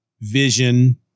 vision